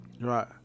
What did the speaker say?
Right